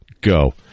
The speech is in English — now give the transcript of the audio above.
Go